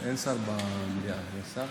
אין שר במליאה, יש שר?